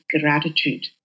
gratitude